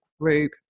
group